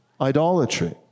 idolatry